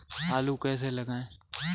आलू कैसे लगाएँ?